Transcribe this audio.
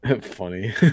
funny